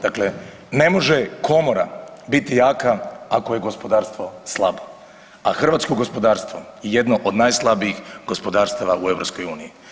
Dakle, ne može komora biti jaka ako je gospodarstvo slabo, a hrvatsko gospodarstvo je jedno od najslabijih gospodarstava u EU.